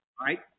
right